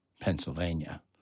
Pennsylvania